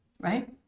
Right